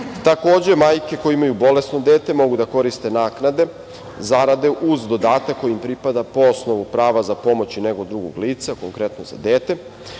pravo. Takođe, majke koje imaju bolesno dete mogu da koriste naknade, zarade uz dodatak koji im pripada po osnovu prava za pomoć i negu drugog lica, konkretno za dete.